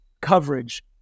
coverage